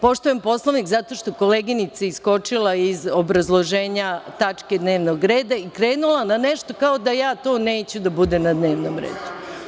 Poštujem Poslovnik, zato što je koleginica iskočila iz obrazloženja tačke dnevnog reda i krenula na nešto kao da ja to neću da bude na dnevnom redu.